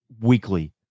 weekly